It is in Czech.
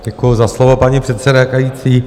Děkuju za slovo, paní předsedající.